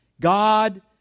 God